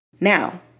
Now